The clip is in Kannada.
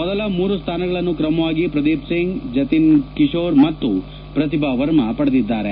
ಮೊದಲ ಮೂರು ಸ್ವಾನಗಳನ್ನು ಕ್ರಮವಾಗಿ ಪ್ರದೀಪ್ ಸಿಂಗ್ ಜತಿನ್ ಕಿಶೋರ್ ಮತ್ತು ಪ್ರತಿಭಾ ವರ್ಮಾ ಪಡೆದಿದ್ದಾರೆ